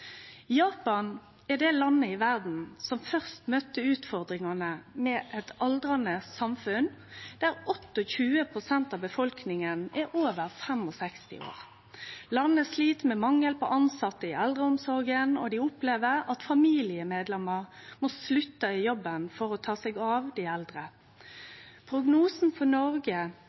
Japan er det landet i verda som først møtte utfordringane med eit aldrande samfunn, der 28 pst. av befolkninga er over 65 år. Landet slit med mangel på tilsette i eldreomsorga, og dei opplever at familiemedlemer må slutte i jobben for å ta seg av dei eldre. Prognosen for Noreg